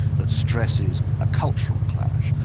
that stresses a cultural clash,